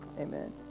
amen